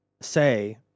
say